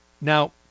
Now